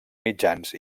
mitjans